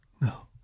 No